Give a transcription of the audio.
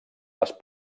les